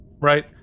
right